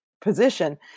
position